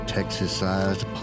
Texas-sized